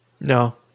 No